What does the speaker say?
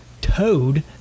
toad